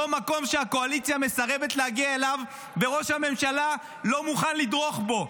אותו מקום שהקואליציה מסרבת להגיע אליו וראש הממשלה לא מוכן לדרוך בו: